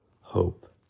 hope